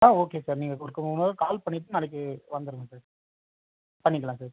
ஆ okay sir நீங்கள் கொடுக்கும்போது call பண்ணிவிட்டு நாளைக்கு வந்துவிடுங்க சார் பண்ணிக்கலாம் சார்